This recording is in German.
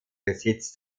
besitz